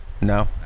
No